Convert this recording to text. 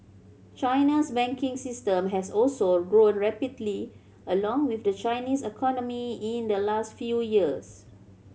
China's banking system has also grown rapidly along with the Chinese economy in the last few years